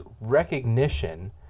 recognition